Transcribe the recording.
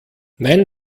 nein